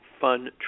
Fun